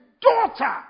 daughter